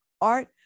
art